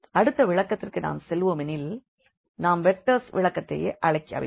அடுத்த விளக்கத்திற்கு நாம் செல்லுவோமெனில் நாம் வெக்டர்ஸ் விளக்கத்தையே அழைக்க வேண்டும்